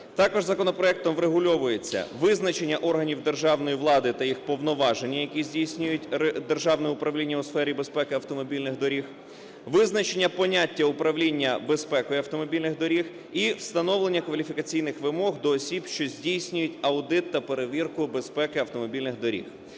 Також законопроектом врегульовується визначення органів державної влади та їх повноваження, які здійснює Державне управління у сфері безпеки автомобільних доріг, визначення поняття управління безпекою автомобільних доріг і встановлення кваліфікаційних вимог до осіб, що здійснюють аудит та перевірку безпеки автомобільних доріг.